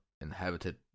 Inhabited